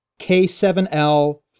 K7L